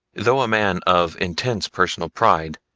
though a man of intense personal pride,